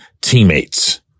teammates